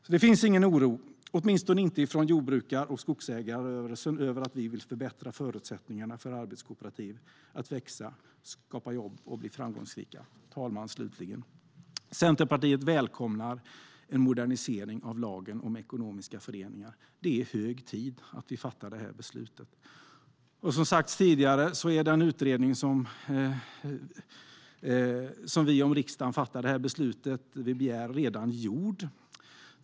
Det finns alltså ingen oro, åtminstone inte från jordbrukare och skogsägare, över att vi vill förbättra förutsättningarna för arbetskooperativ att växa, skapa jobb och bli framgångsrika. Herr talman! Slutligen välkomnar Centerpartiet en modernisering av lagen om ekonomiska föreningar. Det är hög tid att vi fattar detta beslut. Om riksdagen fattar detta beslut är utredningen, som sagts tidigare, redan gjord.